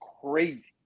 crazy